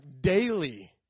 daily